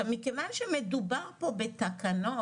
מכיוון שמדובר פה בתקנות,